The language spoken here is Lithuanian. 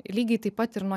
lygiai taip pat ir nuo